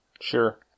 Sure